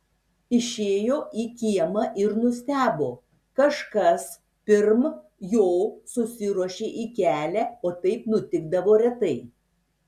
išėjo į kiemą ir nustebo kažkas pirm jo susiruošė į kelią o taip nutikdavo retai